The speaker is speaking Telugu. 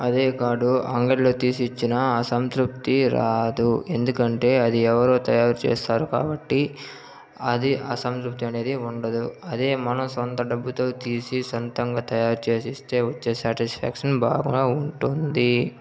అదే కార్డు అంగడిలో తీసి ఇచ్చిన ఆ సంతృప్తి రాదు ఎందుకంటే అది ఎవరో తయారు చేస్తారు కాబట్టి అది అసంతృప్తి అనేది ఉండదు అదే మన సొంత డబ్బుతో తీసి సొంతంగా తయారు చేసి ఇస్తే వచ్చే సాటిస్ఫాక్షన్ బాగా ఉంటుంది